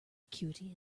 acuity